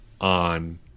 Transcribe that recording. on